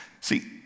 See